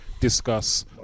discuss